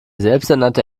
selbsternannte